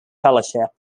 fellowship